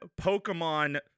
Pokemon